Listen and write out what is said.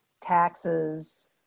taxes